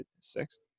sixth